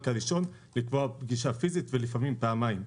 הראשון לקבוע פגישה פיזית ולפעמים פעמיים.